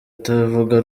utavuga